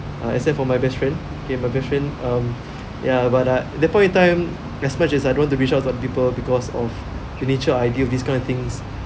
uh except for my best friend okay my best friend um yeah but uh that point in time as much as I don't want to reach out to people because of the nature I deal with these kind of things